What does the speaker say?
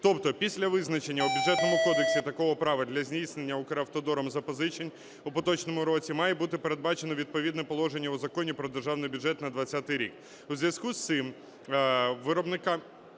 Тобто після визначення у Бюджетному кодексі такого права для здійснення Укравтодором запозичень у поточному році має бути передбачено відповідне положення у Законі "Про Державний бюджет на 2020 рік". У зв’язку з цим, розробниками